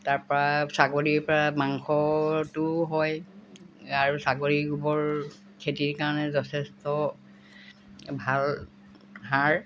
তাৰপৰা ছাগলীৰ পৰা মাংসটো হয় আৰু ছাগলী গোবৰ খেতিৰ কাৰণে যথেষ্ট ভাল সাৰ